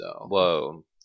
Whoa